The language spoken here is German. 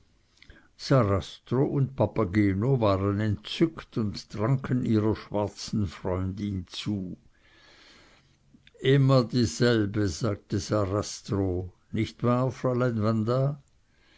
sarastro und papageno waren entzückt und tranken ihrer schwarzen freundin zu immer dieselbe sagte sarastro nicht wahr fräulein wanda